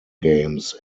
games